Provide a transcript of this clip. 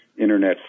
internet